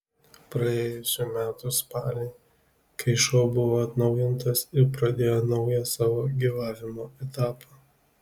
praėjusių metų spalį kai šou buvo atnaujintas ir pradėjo naują savo gyvavimo etapą